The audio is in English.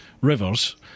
rivers